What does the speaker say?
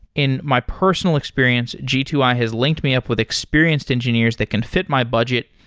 in my personal experience, g two i has linked me up with experienced engineers that can fit my budget,